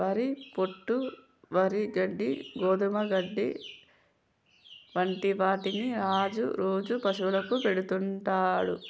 వరి పొట్టు, వరి గడ్డి, గోధుమ గడ్డి వంటి వాటిని రాజు రోజు పశువులకు పెడుతుంటాడు